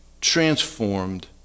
transformed